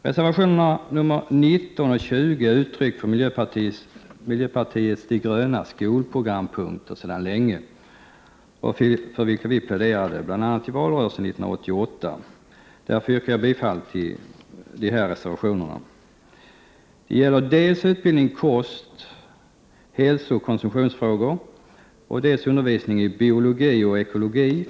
Reservationerna 19 och 20 är uttryck för miljöpartiet de grönas skolprogrampunkter sedan länge, för vilka vi pläderade bl.a. i valrörelsen 1988. Därför yrkar jag bifall till dessa reservationer. De gäller dels utbildning i kost-, hälsooch konsumtionsfrågor, dels undervisning i biologi och ekologi.